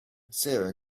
sara